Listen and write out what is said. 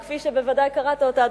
שכפי שבוודאי קראת אותה,